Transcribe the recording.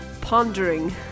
pondering